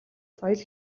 соёл